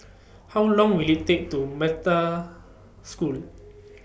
How Long Will IT Take to Metta School